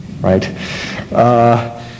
right